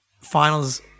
finals